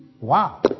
Wow